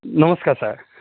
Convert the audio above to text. নমস্কাৰ ছাৰ